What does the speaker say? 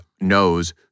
knows